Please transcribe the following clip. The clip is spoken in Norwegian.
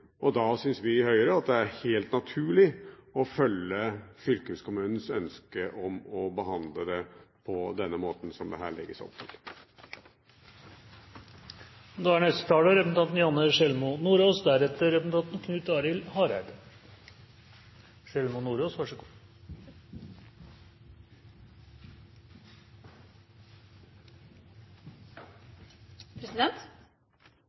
bompenger. Da syns vi i Høyre at det er helt naturlig å følge fylkeskommunens ønske om å behandle det på den måten som det her legges opp til. Når jeg velger å ta ordet, er